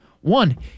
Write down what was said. One